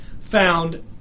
found